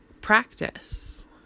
Practice